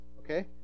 Okay